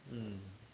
um